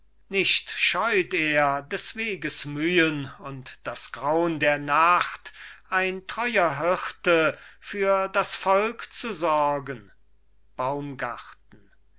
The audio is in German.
nicht scheut er des weges mühen und das graun der nacht ein treuer hirte für das volk zu sorgen